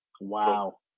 Wow